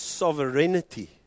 sovereignty